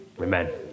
Amen